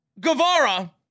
Guevara